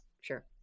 Sure